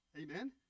Amen